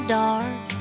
dark